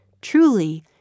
Truly